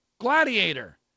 Gladiator